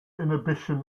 inhibition